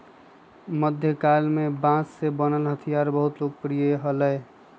मध्यकाल में बांस से बनल हथियार बहुत लोकप्रिय हलय